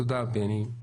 תודה, בני.